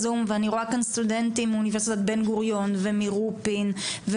בזום סטודנטים מאוניברסיטת בן גוריון ומרופין,